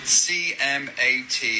c-m-a-t